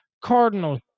Cardinals